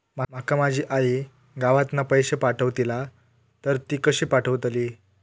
माका माझी आई गावातना पैसे पाठवतीला तर ती कशी पाठवतली?